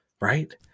right